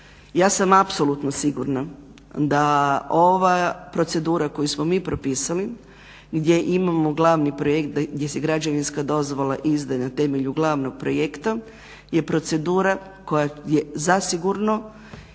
ja sam apsolutno sigurna da ova procedura koju smo mi propisali, gdje imamo glavni projekt gdje se građevinska dozvola izdaje na temelju glavnog projekta je procedura koja zasigurno